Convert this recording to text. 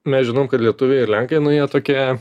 mes žinom kad lietuviai ir lenkai nu jie tokie